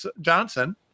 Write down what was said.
Johnson